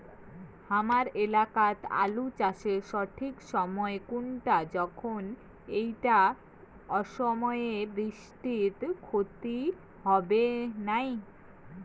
হামার এলাকাত আলু চাষের সঠিক সময় কুনটা যখন এইটা অসময়ের বৃষ্টিত ক্ষতি হবে নাই?